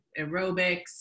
aerobics